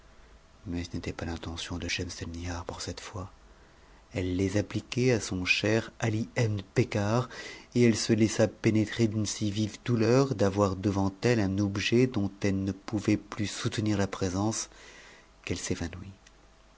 mais ce n'était pas l'intention de schemselnihar pour cette fois elle les appliquait à son cher ali ebn becar et elle se laissa pénétrer d'une si vive douleur d'avoir devant elle un objet dont elle ne pouvait plus soutenir la présence qu'elle s'évanouit